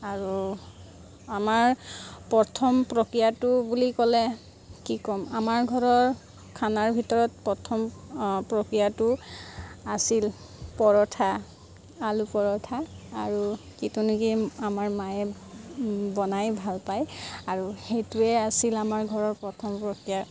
আৰু আমাৰ প্ৰথম প্ৰক্ৰিয়াটো বুলি ক'লে কি ক'ম আমাৰ ঘৰৰ খানাৰ ভিতৰত প্ৰথম প্ৰক্ৰিয়াটো আছিল পৰঠা আলু পৰঠা আৰু যিটো নেকি আমাৰ মায়ে বনাই ভাল পায় আৰু সেইটোৱে আছিল আমাৰ ঘৰৰ প্ৰথম প্ৰক্ৰিয়া